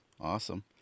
Awesome